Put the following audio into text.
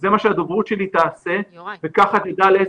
זה מה שהדוברות שלי תעשה וכך תדע על כל